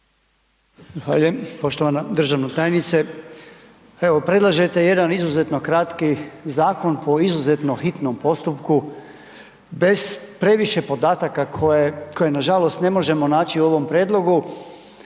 Poštovana državna tajnice, evo predlažete jedan izuzetno kratki zakon po izuzetno hitnom postupku bez previše podataka koje, koje nažalost ne možemo naći u ovom prijedlogu,